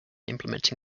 implementing